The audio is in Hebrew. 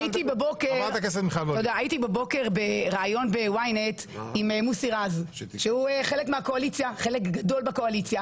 הייתי בבוקר בראיון ב-YNET עם מוסי רז שהוא חלק גדול בקואליציה.